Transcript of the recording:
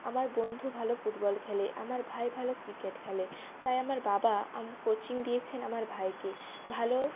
আমার বন্ধু ভালো ফুটবল খেলে আমার ভাই ভালো ক্রিকেট খেলে তাই আমার বাবা কোচিং দিয়েছেন আমার ভাইকে ভালো